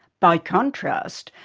by contrast,